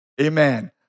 amen